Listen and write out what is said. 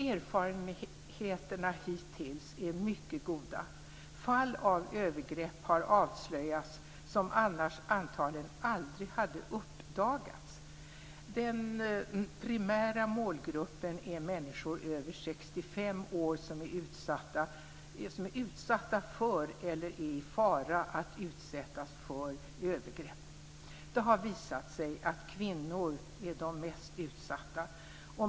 Erfarenheterna hittills är mycket goda. Fall av övergrepp har avslöjats som annars antagligen aldrig hade uppdagats. Den primära målgruppen är människor över 65 år, som är utsatta för eller löper fara att utsättas för övergrepp. Det har visat sig att kvinnor är de mest utsatta.